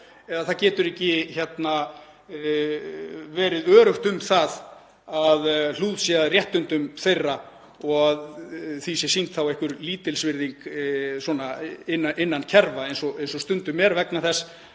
eða það getur ekki verið öruggt um það að hlúð sé að réttindum þeirra og að því sé sýnd þá einhver lítilsvirðing innan kerfa, eins og stundum er, vegna þess